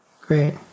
Great